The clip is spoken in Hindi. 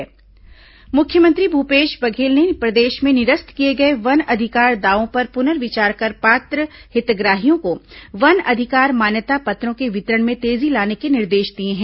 मुख्यमंत्री वन अधिकार पत्र मुख्यमंत्री भूपेश बघेल ने प्रदेश में निरस्त किए गए वन अधिकार दावों पर पुनर्विचार कर पात्र हितग्राहियों को वन अधिकार मान्यता पत्रों के वितरण में तेजी लाने के निर्देश दिए हैं